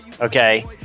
Okay